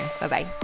Bye-bye